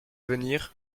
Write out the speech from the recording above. venir